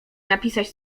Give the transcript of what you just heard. napisać